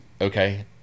Okay